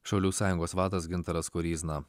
šaulių sąjungos vadas gintaras koryzna